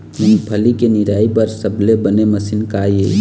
मूंगफली के निराई बर सबले बने मशीन का ये?